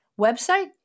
Website